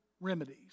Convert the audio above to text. remedies